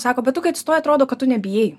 sako bet tu kai atsistoji atrodo kad tu nebijai